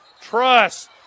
Trust